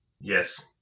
Yes